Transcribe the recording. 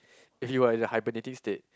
if you are in a hibernating state